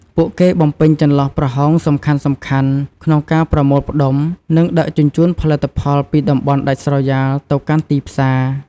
ពួកគេបំពេញចន្លោះប្រហោងសំខាន់ៗក្នុងការប្រមូលផ្តុំ និងដឹកជញ្ជូនផលិតផលពីតំបន់ដាច់ស្រយាលទៅកាន់ទីផ្សារ។